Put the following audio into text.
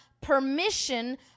permission